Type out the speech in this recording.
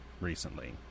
recently